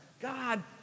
God